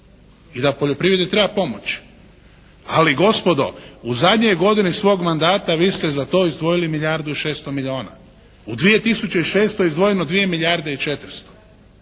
I da poljoprivredi treba pomoć. Ali gospodo u zadnjoj godini svog mandata vi ste za to izdvojili milijardu i 600 milijuna. U 2006. je izdvojeno dvije milijarde i 400.